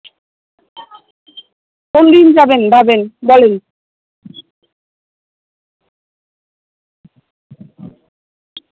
কোন দিন যাবেন ভাবেন বলেন